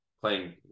playing